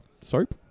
soap